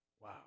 Wow